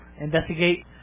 investigate